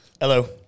Hello